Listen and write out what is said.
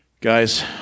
Guys